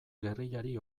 gerrillari